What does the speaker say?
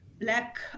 black